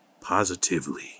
positively